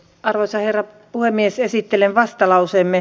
arvoisa herra puhemies esittelee vastalauseeni